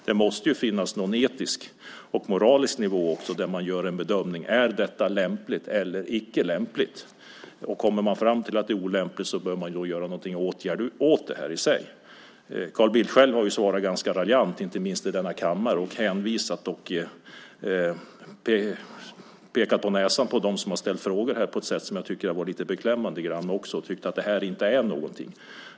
Det måste också finnas någon etisk och moralisk nivå där man gör en bedömning av om detta är lämpligt eller icke lämpligt. Om man kommer fram till att det är olämpligt så bör man vidta någon åtgärd. Carl Bildt själv har svarat ganska raljant, inte minst i denna kammare, och hänvisat och skrivit dem som har ställt frågor på näsan på ett sätt som jag ibland har tyckt varit lite beklämmande. Han har tyckt att det här inte är någonting.